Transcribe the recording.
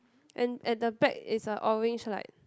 and at the back is a orange light